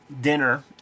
dinner